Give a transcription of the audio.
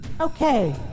okay